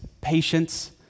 patience